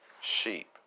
sheep